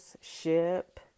ship